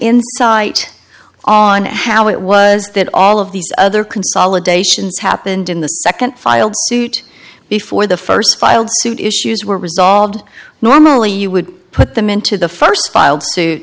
insight on how it was that all of these other consolidations happened in the second filed suit before the first filed suit issues were resolved normally you would put them into the first filed suit